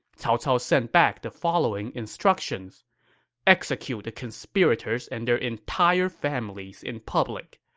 cao cao sent back the following instructions execute the conspirators and their entire families in public.